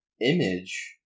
image